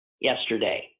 yesterday